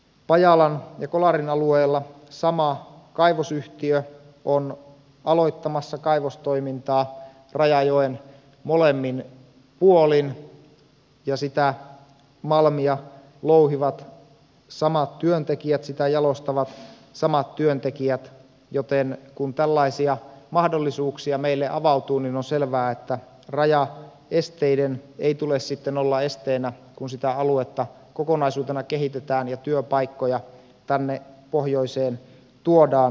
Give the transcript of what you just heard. pajalan ja kolarin alueella sama kaivosyhtiö on aloittamassa kaivostoimintaa rajajoen molemmin puolin ja sitä malmia louhivat ja jalostavat samat työntekijät joten kun tällaisia mahdollisuuksia meille avautuu on selvää että rajaesteiden ei tule sitten olla esteenä kun sitä aluetta kokonaisuutena kehitetään ja työpaikkoja tänne pohjoiseen tuodaan